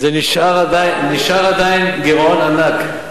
אבל זה נשאר עדיין גירעון ענק,